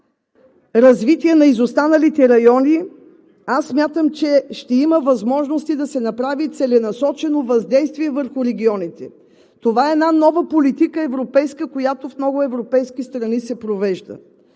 развитие на изостаналите райони аз смятам, че ще има възможности да се направи целенасочено въздействие върху регионите. Това е една нова европейска политика, която в много европейски страни се провежда.